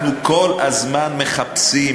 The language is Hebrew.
אנחנו כל הזמן מחפשים.